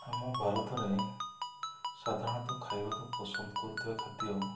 ଆମ ଭାରତରେ ସାଧାରଣତଃ ଖାଇବାକୁ ପସନ୍ଦ କରୁଥିବା ଖାଦ୍ୟ